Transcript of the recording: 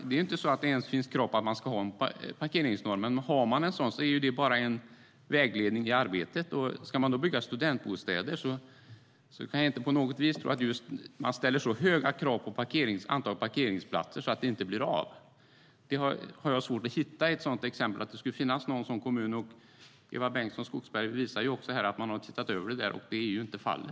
Det finns inte ens något krav på att man ska ha en parkeringsnorm, och om man har en sådan är det bara en vägledning i arbetet. Ska man bygga just studentbostäder kan jag inte på något vis tro att man ställer så höga krav på antalet parkeringsplatser att bygget inte blir av. Jag har svårt att hitta något sådant exempel. Eva Bengtson Skogsberg visade ju också att man hade tittat på detta och funnit att så inte var fallet.